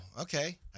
Okay